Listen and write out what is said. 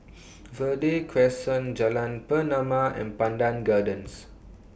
Verde Crescent Jalan Pernama and Pandan Gardens